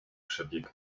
przebieg